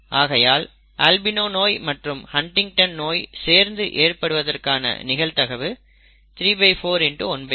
ஆகையால் அல்பிணோ நோய் மற்றும் ஹன்டிங்டன் நோய் சேர்ந்து ஏற்படுவதற்கான நிகழ்தகவு ¾ x ¼